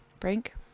Frank